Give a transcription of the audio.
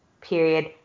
Period